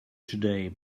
today